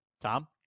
Tom